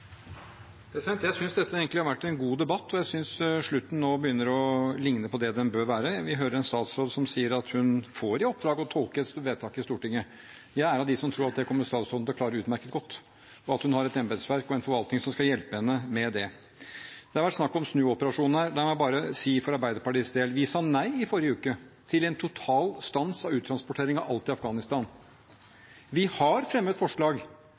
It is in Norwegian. Jeg synes dette egentlig har vært en god debatt, og jeg synes slutten nå begynner å ligne på det den bør være. Vi hører en statsråd si at hun får i oppdrag å tolke et vedtak i Stortinget. Jeg er av dem som tror at det kommer statsråden til å klare utmerket godt, og at hun har et embetsverk og en forvaltning som skal hjelpe henne med det. Det har vært snakk om snuoperasjon her. La meg bare si for Arbeiderpartiets del: Vi sa i forrige uke nei til en total stans av uttransportering av alle til Afghanistan. Vi har fremmet forslag